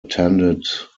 attended